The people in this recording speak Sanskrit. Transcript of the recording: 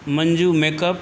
मञ्जू मेकप्